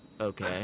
Okay